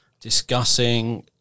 discussing